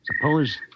suppose